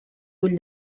ull